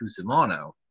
Cusimano